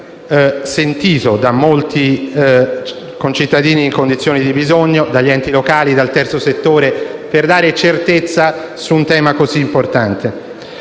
problema sentito da molti concittadini in condizioni di bisogno, dagli enti locali e dal terzo settore, per dare certezza su un tema così importante.